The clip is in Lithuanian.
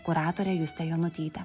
kuratore juste jonutyte